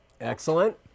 excellent